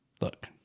look